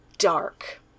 Dark